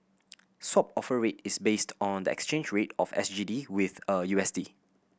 Swap Offer Rate is based on the exchange rate of S G D with a U S D